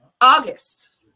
August